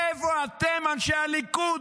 איפה אתם, אנשי הליכוד,